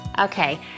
Okay